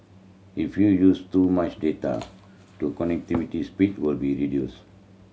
if you use too much data your connectivity speed will be reduced